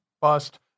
bust